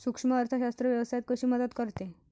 सूक्ष्म अर्थशास्त्र व्यवसायात कशी मदत करते?